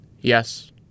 Yes